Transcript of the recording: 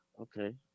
okay